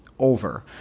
Over